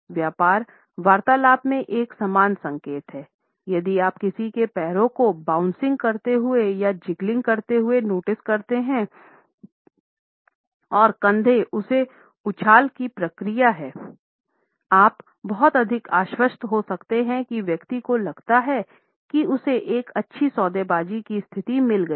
व्यापार वार्ता में एक समान संकेत है यदि आप किसी के पैरों को बाउंसिंग करते हुए या जिग्गलिंग करते हुए नोटिस करते हैं और कंधे उस उछाल की प्रतिक्रिया हैं आप बहुत अधिक आश्वस्त हो सकते हैं की व्यक्ति को लगता है कि उसे एक अच्छी सौदेबाजी की स्थिति मिल गई है